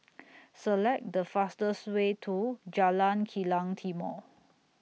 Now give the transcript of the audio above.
Select The fastest Way to Jalan Kilang Timor